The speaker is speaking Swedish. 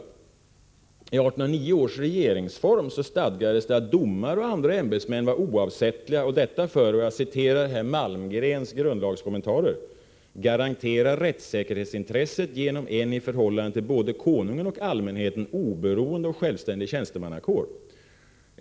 Styrelseordförande I 1809 års regeringsform stadgades att domare-och andra ämbetsmän var iaffärsbank oavsättliga, för att — jag citerar här Malmgrens grundlagskommentar — ”garantera rättssäkerhetsintresset genom en i förhållande till både Konungen och allmänheten oberoende och självständig tjänstemannakår”.